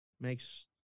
makes